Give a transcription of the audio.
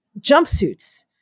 jumpsuits